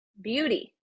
beauty